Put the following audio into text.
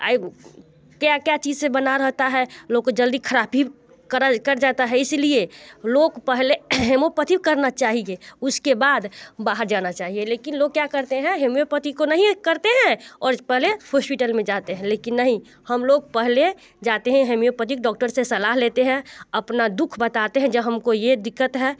आइ क्या क्या चीज़ से बना रहता है लोग को जल्दी ख़राब ही कर जाता है इस लिए लोग पहले हेमोपथी करना चाहिए उसके बाद बाहर जाना चाहिए लेकिन लोग क्या करते हैं हेमियोपथी को नहीं करते हैं और पहले हॉस्पिटल में जाते हैं लेकिन नहीं हम लोग पहले जाते हैं हेमियोपथिक डॉक्टर से सलाह लेते हैं अपना दुख बताते हैं जो हम को ये दिक्कत है